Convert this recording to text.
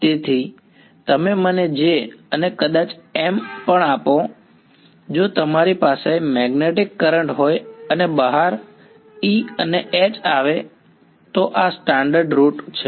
તેથી તમે મને J અને કદાચ M પણ આપો જો તમારી પાસે મેગ્નેટિક કરંટ હોય અને બહાર E અને H આવે તો આ સ્ટાન્ડર્ડ રૂટ છે